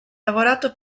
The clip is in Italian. lavorato